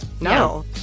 No